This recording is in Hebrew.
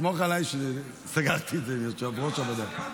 סמוך עליי שסגרתי את זה עם יושב-ראש הוועדה.